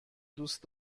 دوست